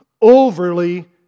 overly